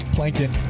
Plankton